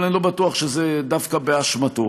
אבל אני לא בטוח שזה דווקא באשמתו.